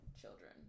Children